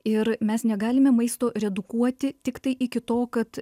ir mes negalime maisto redukuoti tiktai iki to kad